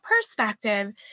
perspective